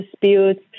disputes